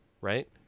right